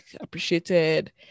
appreciated